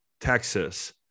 Texas